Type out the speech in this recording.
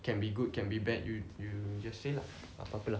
can be good can be bad you you just say lah apa-apa lah